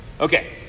Okay